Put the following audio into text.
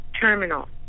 terminal